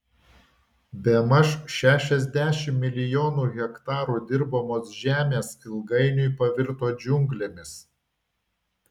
bemaž šešiasdešimt milijonų hektarų dirbamos žemės ilgainiui pavirto džiunglėmis